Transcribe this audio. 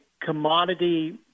commodity